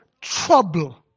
trouble